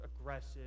aggressive